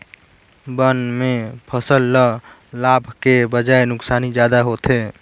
बन में फसल ल लाभ के बजाए नुकसानी जादा होथे